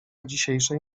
dzisiejszej